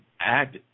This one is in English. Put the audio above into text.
act